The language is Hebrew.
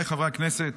הכנסת,